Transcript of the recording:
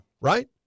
Right